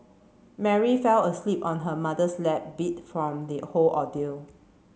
Mary fell asleep on her mother's lap beat from the whole ordeal